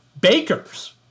bakers